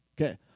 Okay